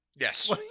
Yes